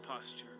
posture